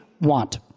want